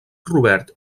robert